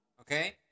Okay